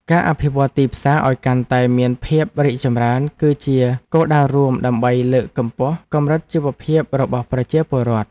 ការអភិវឌ្ឍទីផ្សារឱ្យកាន់តែមានភាពរីកចម្រើនគឺជាគោលដៅរួមដើម្បីលើកកម្ពស់កម្រិតជីវភាពរបស់ប្រជាពលរដ្ឋ។